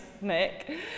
Nick